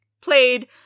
played